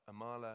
Amala